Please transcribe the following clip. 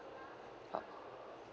oh